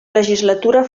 legislatura